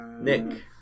Nick